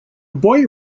boy